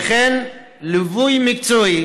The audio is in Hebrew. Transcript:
וכן ליווי מקצועי